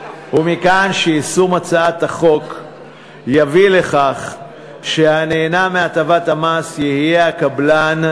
שיישום הצעת החוק יביא לכך שהנהנה מהטבת המס יהיה הקבלן,